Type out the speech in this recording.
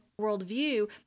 worldview